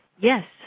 Yes